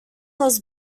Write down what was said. was